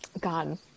god